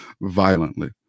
violently